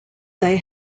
they